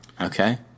Okay